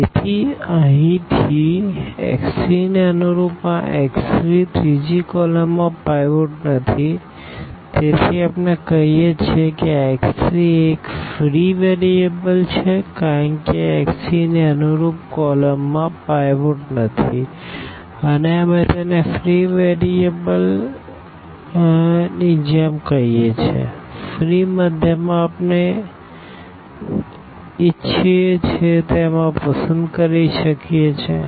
તેથી અહીંથી x3 ને અનુરૂપ આ x3 ત્રીજી કોલમમાં પાઈવોટનથી તેથી આપણે કહીએ છીએ કે આ x3 એ એક ફ્રી વેરીએબલ છે કારણ કે આ x3ને અનુરૂપ કોલમમાં પાઈવોટ નથી અને અમે તેને ફ્રી વેરીએબલની જેમ કહીએ છીએફ્રી માધ્યમમાં આપણે ઇચ્છીએ છીએ તેમ આ પસંદ કરી શકીએ છીએ